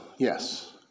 Yes